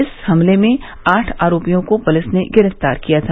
इस हमले में आठ आरोपियों को पुलिस ने गिरफ्तार किया था